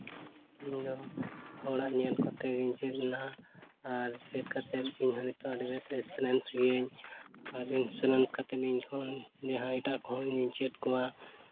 ᱤᱧᱫᱚ ᱦᱚᱲᱟᱜ ᱧᱮᱞ ᱠᱚᱛᱮ ᱜᱤᱧ ᱪᱮᱫᱱᱟ ᱟᱨ ᱪᱮᱫ ᱠᱟᱛᱮ ᱤᱧᱦᱚᱸ ᱱᱤᱛᱚᱜ ᱟᱹᱰᱤ ᱵᱮᱥ ᱮᱠᱥᱯᱨᱮᱱᱥ ᱜᱤᱭᱟᱹᱧ ᱟᱹᱨᱤᱧ ᱮᱠᱯᱨᱮᱱᱥ ᱠᱟᱛᱮ ᱤᱧ ᱦᱚᱸ ᱡᱟᱦᱟᱸᱭ ᱮᱴᱟᱜ ᱠᱚᱦᱚᱸ ᱤᱧᱤᱧ ᱪᱮᱫ ᱠᱚᱣᱟ